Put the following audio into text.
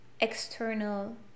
external